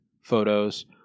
photos